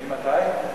ממתי?